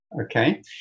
okay